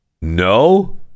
no